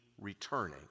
returning